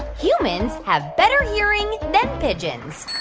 humans have better hearing than pigeons?